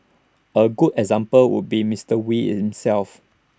A good example would be Mister wee himself